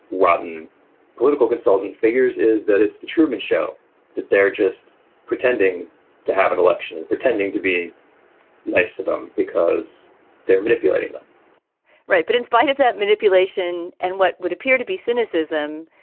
rotten political consultant figures is that it's the truman show that they're just pretending to have an election and pretending to be nice to them because they're manipulating them right. but in spite of that manipulation and what would appear to be cynicism,